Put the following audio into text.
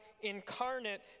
incarnate